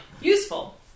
Useful